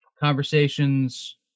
conversations